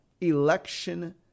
election